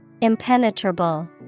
Impenetrable